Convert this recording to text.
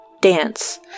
dance